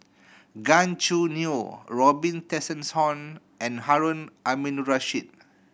Gan Choo Neo Robin Tessensohn and Harun Aminurrashid